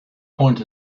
point